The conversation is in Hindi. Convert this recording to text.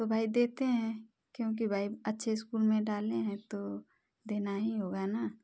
तो भाई देते हैं क्योंकि भाई अच्छे स्कूल में डाले हैं तो देना ही होगा है ना